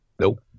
Nope